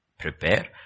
prepare